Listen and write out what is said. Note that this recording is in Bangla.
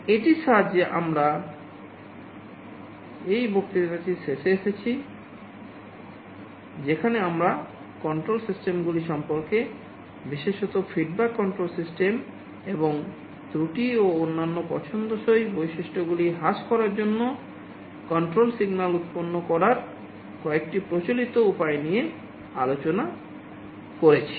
এটির সাথে আমরা এই বক্তৃতাটির শেষে এসেছি যেখানে আমরা কন্ট্রোল সিস্টেমগুলি সম্পর্কে বিশেষত ফিডব্যাক কন্ট্রোল সিস্টেম উপায় নিয়ে আলোচনা করেছি